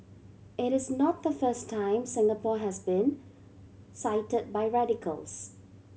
it is not the first time Singapore has been cited by radicals